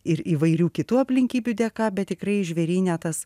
ir įvairių kitų aplinkybių dėka bet tikrai žvėryne tas